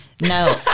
No